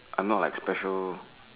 I'm not like special